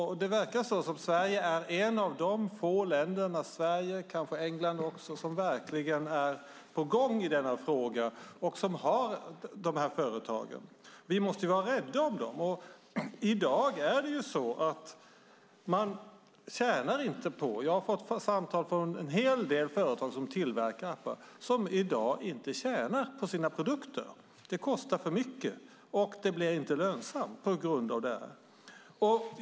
Det verkar som om Sverige och England är ett par av få länder som verkligen är på gång i denna fråga och som har de här företagen. Vi måste vara rädda om dem. Jag har fått samtal från en hel del företag som tillverkar appar och som i dag inte tjänar på sina produkter. Det kostar för mycket och blir inte lönsamt på grund av momsfrågan.